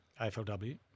AFLW